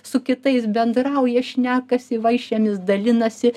su kitais bendrauja šnekasi vaišėmis dalinasi